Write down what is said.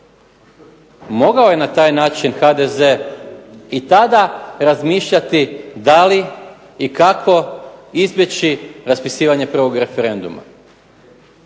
Mogao je na taj način i HDZ i tada razmišljati da li i kako izbjeći raspisivanje prvog referenduma.